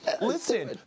listen